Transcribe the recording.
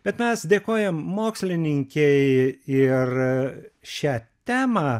bet mes dėkojam mokslininkei ir šią temą